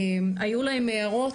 היו להם הערות?